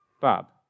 Bob